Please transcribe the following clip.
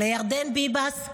לירדן ביבס,